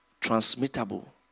transmittable